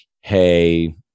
hey